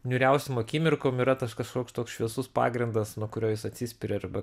niūriausiom akimirkom yra tas kažkoks toks šviesus pagrindas nuo kurio jis atsispiria arba